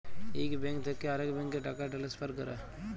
ইক ব্যাংক থ্যাকে আরেক ব্যাংকে টাকা টেলেসফার ক্যরা